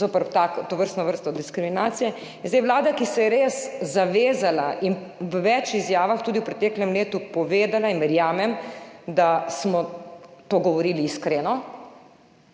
zoper tovrstno vrsto diskriminacije. In zdaj vlada, ki se je res zavezala in v več izjavah tudi v preteklem letu povedala, in verjamem, da smo to govorili iskreno,